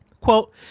Quote